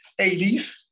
80s